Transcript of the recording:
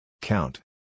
Count